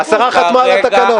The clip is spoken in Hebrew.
השרה חתמה על התקנות.